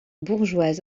bourgeoise